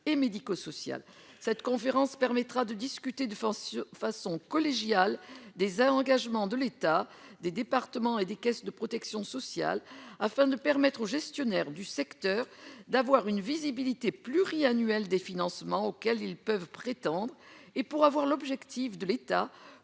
et médico-sociale, cette conférence permettra de discuter de force façon collégiale des un engagement de l'État, des départements et des caisses de protection sociale afin de permettre aux gestionnaires du secteur, d'avoir une visibilité pluriannuelle des financements auxquels ils peuvent prétendre, et pour avoir l'objectif de l'État